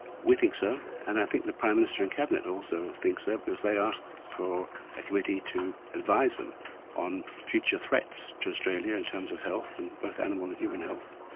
we think so and i think the prime minister and cabinet also think so because they asked for a committee to advise them on future threats to australia in terms of health, and both animal and human health.